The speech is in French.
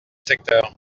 secteur